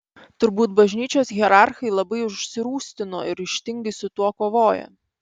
turbūt bažnyčios hierarchai labai užsirūstino ir ryžtingai su tuo kovoja